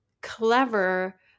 clever